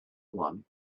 one